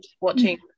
watching